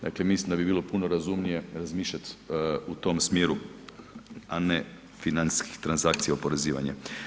Dakle mislim da bi bilo puno razumnije razmišljati u tom smjeru a ne financijskih transakcija oporezivanja.